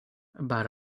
about